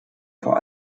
vor